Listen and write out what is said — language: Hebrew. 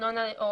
לא